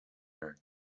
her